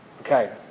Okay